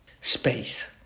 space